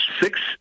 six